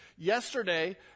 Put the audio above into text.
Yesterday